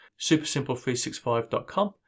supersimple365.com